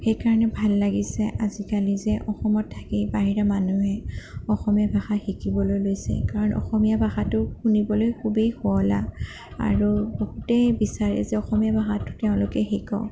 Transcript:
সেইকাৰণে ভাল লাগিছে আজিকালি যে অসমত থাকি বাহিৰা মানুহে অসমীয়া ভাষা শিকিবলৈ লৈছে কাৰণ অসমীয়া ভাষাটো শুনিবলৈ খুবেই শুৱলা আৰু বহুতেই বিচাৰে যে অসমীয়া ভাষাটো তেওঁলোকে শিকক